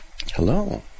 Hello